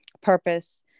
purpose